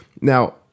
Now